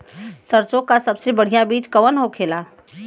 सरसों का सबसे बढ़ियां बीज कवन होखेला?